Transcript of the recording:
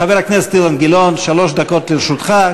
חבר הכנסת אילן גילאון, שלוש דקות לרשותך.